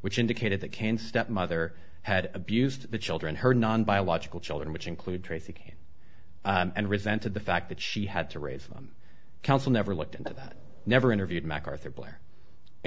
which indicated that cain stepmother had abused the children her non biological children which include tracey and resented the fact that she had to raise them counsel never looked into that never interviewed macarthur blair